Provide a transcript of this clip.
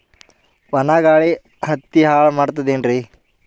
ಒಣಾ ಗಾಳಿ ಹತ್ತಿ ಹಾಳ ಮಾಡತದೇನ್ರಿ?